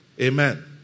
Amen